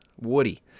Woody